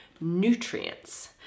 nutrients